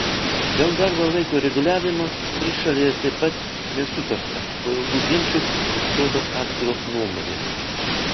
dėl darbo laiko reguliavimo trišalėje taip pat nesutarta po ilgų ginčų fiksuotos atskiros nuomonės